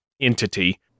entity